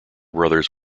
brothers